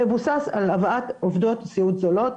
מבוסס על הבאת עובדות סיעוד זולות,